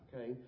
okay